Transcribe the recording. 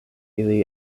ili